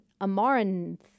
Amaranth